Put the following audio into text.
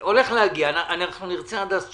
זה הולך להגיע, אנחנו נרצה עד אז תשובה.